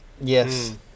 Yes